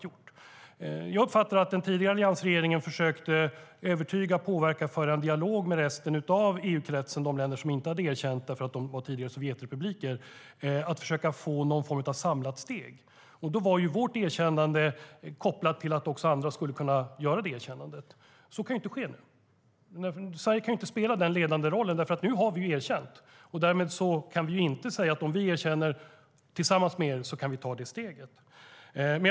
Jag uppfattar att alliansregeringen försökte övertyga, påverka och föra en dialog med resten av EU-kretsen och de länder som inte hade erkänt därför att de tidigare var Sovjetrepubliker och försöka få någon form av samlat steg. Då var vårt erkännande kopplat till att också andra skulle kunna göra detta erkännande. Så kan inte ske nu. Sverige kan inte spela den ledande rollen eftersom vi nu har erkänt. Därmed kan vi inte säga: Om vi erkänner tillsammans med er kan vi ta detta steg.